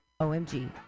OMG